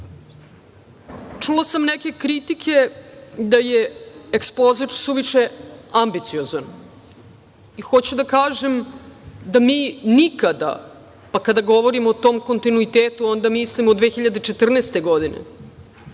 sam neke kritike da je ekspoze suviše ambiciozan i hoću da kažem da mi nikada, pa kada govorimo o tom kontinuitetu, onda mislim od 2014. godine,